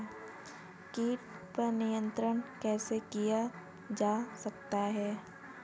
कीट पर नियंत्रण कैसे किया जा सकता है?